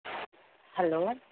hello